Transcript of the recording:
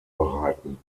bereiten